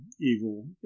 evil